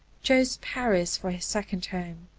chose paris for his second home.